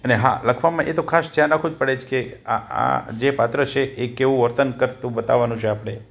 અને હા લખવામાં એતો ખાસ ધ્યાન રાખવું જ પડે છે કે આ જે પાત્ર છે એ કેવું વર્તન કરતું બતાવાનું છે આપણે